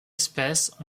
espèces